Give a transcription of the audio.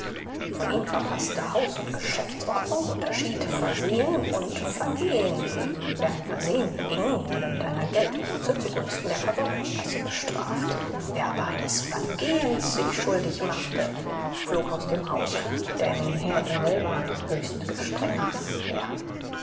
die von ihm verfaßte haus und geschäftsordnung unterschied versehen und vergehen wer ein versehen beging wurde mit einer geldbuße zugunsten der versorgungskasse bestraft wer aber eines vergehens sich schuldig machte flog aus dem hause denn herr engel war ein höchst gestrenger herr